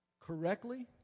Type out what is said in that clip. correctly